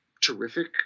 terrific